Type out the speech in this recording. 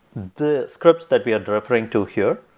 the scripts that we are referring to here,